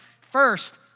first